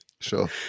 Sure